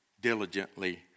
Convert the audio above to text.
diligently